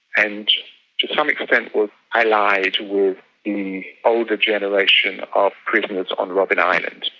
and to some extent was allied with the older generation of prisoners on robben island,